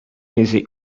music